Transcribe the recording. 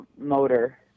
motor